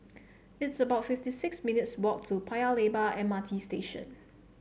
it's about fifty six minutes' walk to Paya Lebar M R T Station